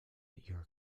your